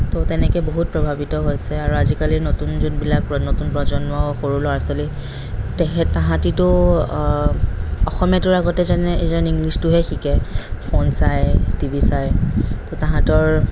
তৌ তেনেকৈ বহুত প্ৰভাৱিত হৈছে আৰু আজিকালিৰ নতুন যোনবিলাক প্ৰ নতুন প্ৰজন্মৰ সৰু ল'ৰা ছোৱালী তেখেত তাহাতিটো অসমীয়াটোৰ আগতে যেনে যেন ইংলিছটো হে শিকে ফোন চাই টি ভি চাই তৌ তাহাতৰ